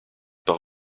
par